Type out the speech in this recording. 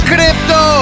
Crypto